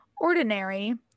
ordinary